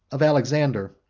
of alexander,